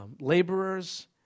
laborers